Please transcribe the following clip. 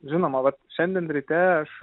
žinoma vat šiandien ryte aš